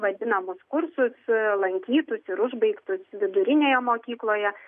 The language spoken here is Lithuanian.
vadinamus kursus lankytus ir užbaigtus vidurinėje mokykloje